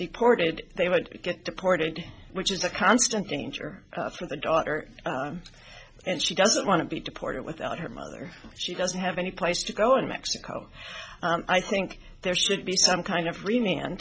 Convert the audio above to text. deported they would get deported which is a constant danger from the daughter and she doesn't want to be deported without her mother she doesn't have any place to go in mexico i think there should be some kind of re